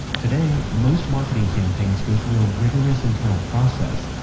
today most marketing campaigns go through a rigorous internal process.